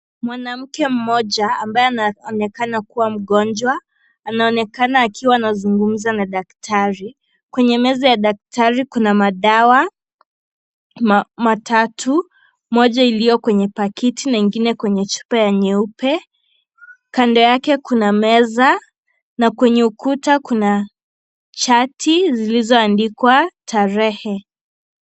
Mwanamke mmoja ambaye anaonekana kuwa mgonjwa anaonekana akiwa anazungumza na daktari ,kwenye meza ya daktari kuna madawa matatu moja ikiwa kwenye paketi ingine kwenye chupa nyeupe kando yake kuna meza na kwenye ukuta kuna chati zilizoandikwa tarehe.